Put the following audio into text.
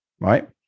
right